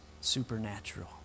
supernatural